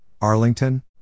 Arlington